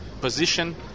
position